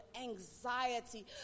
anxiety